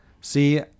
See